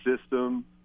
system